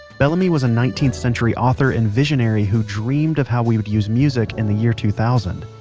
bellamy was a nineteenth century author and visionary who dreamed of how we would use music in the year two thousand.